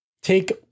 take